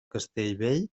castellbell